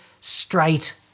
straight